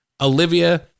Olivia